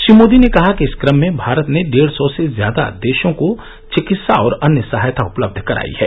श्री मोदी ने कहा कि इस क्रम में भारत ने डेढ सौ से ज्यादा देशों को चिकित्सा और अन्य सहायता उपलब्ध कराई है